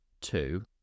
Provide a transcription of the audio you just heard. two